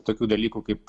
tokių dalykų kaip